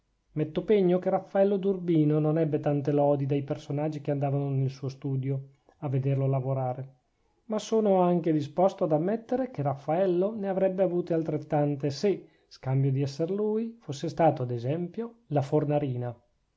metto pegno che raffaello d'urbino non ebbe tante lodi dai personaggi che andavano nel suo studio a vederlo lavorare ma sono anche disposto ad ammettere che raffaello ne avrebbe avuto altrettante se scambio di esser lui fosse stato ad esempio la fornarina a